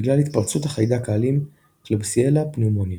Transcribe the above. בגלל התפרצות החיידק האלים Klebsiella pneumoniae.